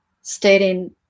stating